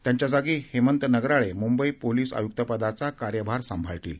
त्यांच्या जागी हेमंत नगराळे मुंबई पोलीस आयुक्त पदाचा कार्यभार सांभाळतील